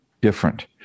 different